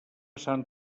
sant